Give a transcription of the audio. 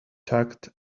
tugged